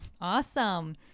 Awesome